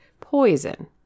poison